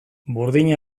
burdin